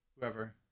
whoever